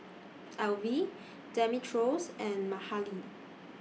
Elfie Demetrios and Mahalie